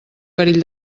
perill